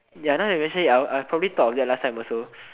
ya now you actually I I probably thought of that last time also